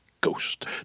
ghost